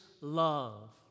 love